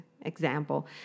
example